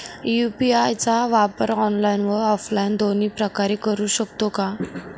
UPI चा वापर online व ऑफलाईन दोन्ही प्रकारे करु शकतो का?